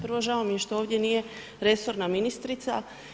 Prvo, žao mi je što ovdje nije resorna ministrica.